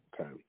Okay